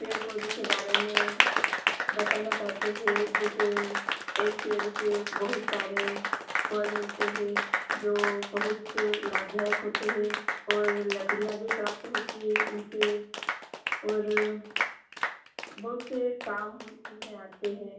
पेड़ पौधों के बारे में बताना चाहते हैं जैसे एक पेड़ से बहुत सारे फल मिलते हैं जो बहुत लाभदायक होते हैं और लकड़ियाँ भी प्राप्त होती हैं उनसे और बहुत से काम में आते हैं